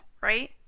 right